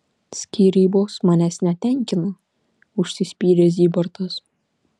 skyrybos manęs netenkina užsispyrė zybartas